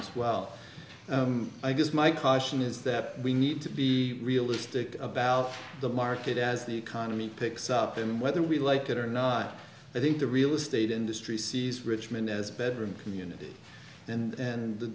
well i guess my caution is that we need to be realistic about the market as the economy picks up and whether we like it or not i think the real estate industry sees richmond as a bedroom community and demand